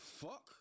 fuck